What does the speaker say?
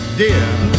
dear